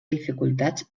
dificultats